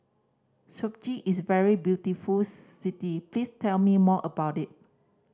is a very beautiful city please tell me more about it